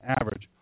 average